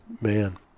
man